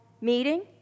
meeting